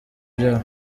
byabo